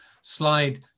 slide